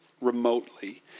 remotely